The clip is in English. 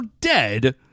dead